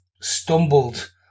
stumbled